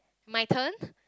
my turn